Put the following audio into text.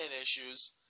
issues